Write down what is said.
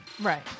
Right